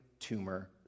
tumor